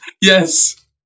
Yes